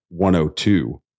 102